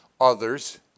others